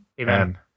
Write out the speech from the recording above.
Amen